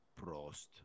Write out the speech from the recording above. Prost